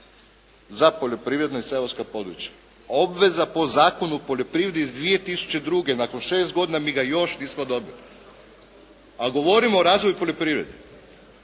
za poljoprivredna i seoska područja. Obveza po Zakonu o poljoprivredi iz 2002. nakon 6 godina mi ga još nismo dobili, a govorimo o razvoju poljoprivrede